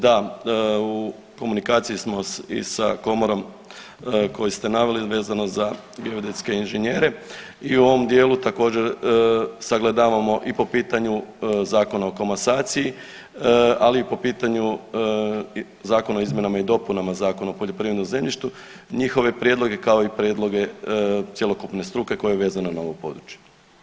Da u komunikaciji smo i sa komorom koju ste naveli vezano za geodetske inženjere i u ovom djelu također sagledavamo i po pitanju Zakona o komasaciji ali i po pitanju Zakona o izmjenama i dopunama Zakona o poljoprivrednom zemljištu njihove prijedloge kao i prijedloge cjelokupne struke koja je vezana na ovo područje.